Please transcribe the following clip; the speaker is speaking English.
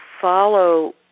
follow